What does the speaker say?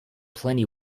plenty